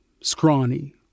scrawny